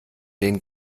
den